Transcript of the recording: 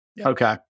okay